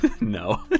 No